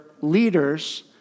leaders